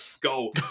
go